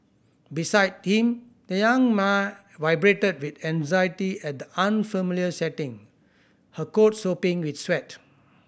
beside him the young mare vibrated with anxiety at the unfamiliar setting her coat sopping with sweat